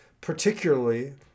particularly